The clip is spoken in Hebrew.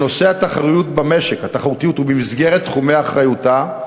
שנושא התחרותיות במשק הוא במסגרת תחומי אחריותה,